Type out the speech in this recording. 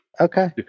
Okay